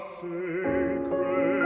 sacred